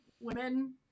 women